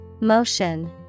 Motion